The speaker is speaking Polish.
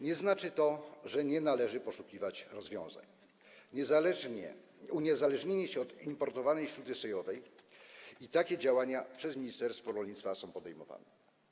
Nie znaczy to, że nie należy poszukiwać rozwiązań - chodzi o uniezależnienie się od importowanej śruty sojowej - i takie działania przez ministerstwo rolnictwa są podejmowane.